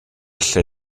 lle